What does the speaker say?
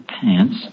pants